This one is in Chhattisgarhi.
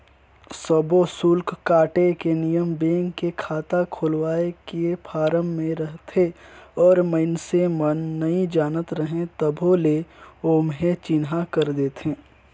सब्बो सुल्क काटे के नियम बेंक के खाता खोलवाए के फारम मे रहथे और मइसने मन नइ जानत रहें तभो ले ओम्हे चिन्हा कर देथे